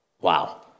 Wow